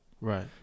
right